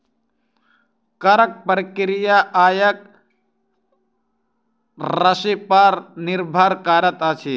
करक प्रक्रिया आयक राशिपर निर्भर करैत अछि